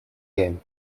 game